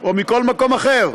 או מכל מקום אחר.